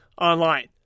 online